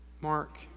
Mark